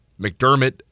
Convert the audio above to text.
McDermott